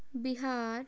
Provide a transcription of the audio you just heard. Bihar